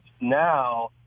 now